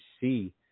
see